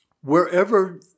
wherever